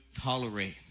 tolerate